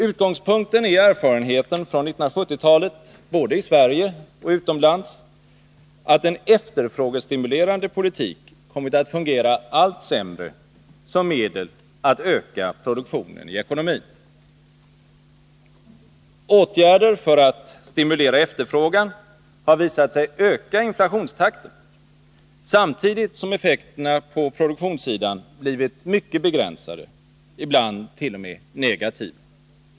Utgångspunkten är erfarenheten från 1970-talet, både i Sverige och utomlands, att en efterfrågestimulerande politik kommit att fungera allt sämre som medel att öka produktionen i ekonomin. Åtgärder för att stimulera efterfrågan har visat sig öka inflationstakten, samtidigt som effekterna på produktionssidan blivit mycket begränsade, ibland t.o.m. negativa.